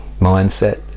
mindset